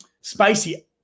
spicy